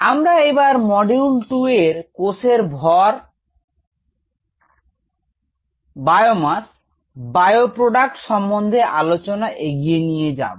আমরা এবার মডিউল 2 এর কোষের ভর বায়ো প্রোডাক্ট সম্বন্ধে আলোচনা এগিয়ে নিয়ে যাব